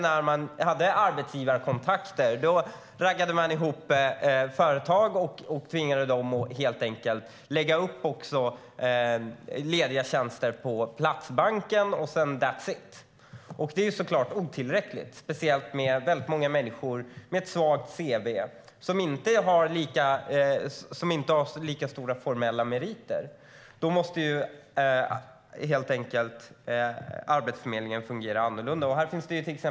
När man tidigare hade arbetsgivarkontakter raggade man ihop företag och tvingade dem att lägga upp lediga tjänster på Platsbanken, och sedan var det klart. Det är förstås otillräckligt, speciellt med tanke på de många med ett svagt cv, de som inte har så starka formella meriter. Då måste Arbetsförmedlingen fungera annorlunda.